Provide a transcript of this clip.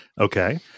Okay